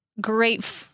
great